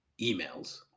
emails